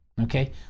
okay